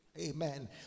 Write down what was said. amen